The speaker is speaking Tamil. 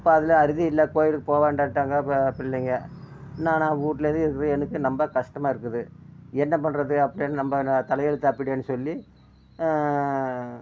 இப்போ அதில் அறுதி இல்லை கோவிலுக்கு போக வேண்டாம்ன்ட்டாங்க இப்போ பிள்ளைங்கள் நானோ வீட்ல இருக்கிறது எனக்கு ரொம்ப கஷ்டமாக இருக்குது என்ன பண்ணுறது அப்படின்னு நம்ம தலையெழுத்து அப்படின்னு சொல்லி